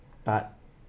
but